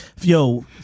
Yo